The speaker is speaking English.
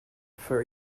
for